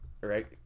right